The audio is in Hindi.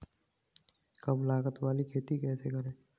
कम लागत वाली खेती कैसे करें?